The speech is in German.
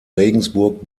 regensburg